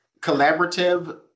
Collaborative